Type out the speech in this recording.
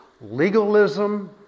Legalism